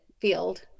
field